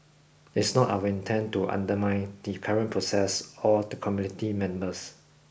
it's not our intent to undermine the current process or the committee members